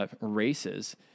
Races